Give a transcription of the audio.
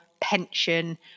pension